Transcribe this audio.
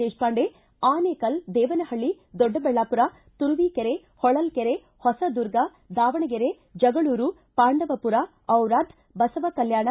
ದೇಶಪಾಂಡೆ ಆನೇಕಲ್ ದೇವನಹಳ್ಳಿ ದೊಡ್ಡಬಳ್ಳಾಪುರ ತುರುವೇಕೆರೆ ಹೊಳಲೈರೆ ಹೊಸದುರ್ಗ ದಾವಣಗೆರೆ ಜಗಳೂರು ಪಾಂಡವಪುರ ಔರಾದ್ ಬಸವ ಕಲ್ಕಾಣ